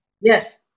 Yes